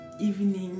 evening